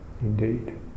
indeed